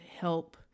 help